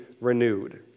renewed